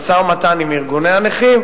במשא-ומתן עם ארגוני הנכים,